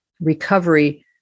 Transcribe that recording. recovery